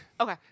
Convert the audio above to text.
Okay